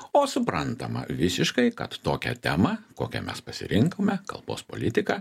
o suprantama visiškai kad tokią temą kokią mes pasirinkome kalbos politiką